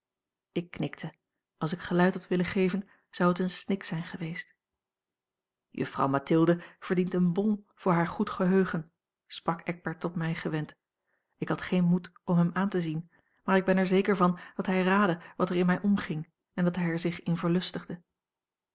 ik knikte als ik geluid had willen geven zou het een snik zijn geweest juffrouw mathilde verdient een bon voor haar goed geheugen sprak eckbert tot mij gewend ik had geen moed om hem aan te zien maar ik ben er zeker van dat hij raadde wat er in mij omging en dat hij er zich in verlustigde